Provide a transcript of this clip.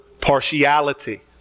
partiality